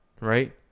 right